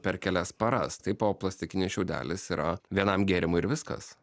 per kelias paras taip o plastikinis šiaudelis yra vienam gėrimui ir viskas